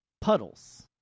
Puddles